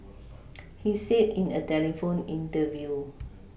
he said in a telephone interview